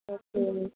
okay ma'am